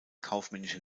kaufmännische